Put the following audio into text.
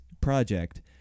project